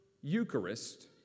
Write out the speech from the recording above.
Eucharist